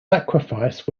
sacrifice